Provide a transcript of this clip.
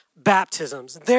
baptisms